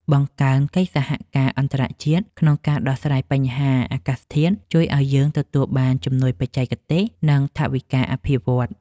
បង្កើនកិច្ចសហការអន្តរជាតិក្នុងការដោះស្រាយបញ្ហាអាកាសធាតុជួយឱ្យយើងទទួលបានជំនួយបច្ចេកទេស និង ថវិកាអភិវឌ្ឍន៍។